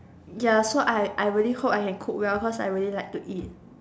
ya so I I really hope I can cook well cause I really like to eat